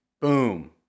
Boom